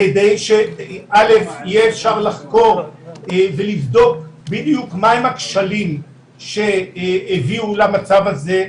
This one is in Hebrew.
כדי שיהיה אפשר לחקור ולבדוק בדיוק מה הם הכשלים שהביאו למצב הזה,